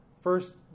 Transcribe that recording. first